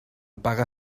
paga